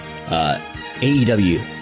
AEW